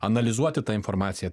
analizuoti tą informaciją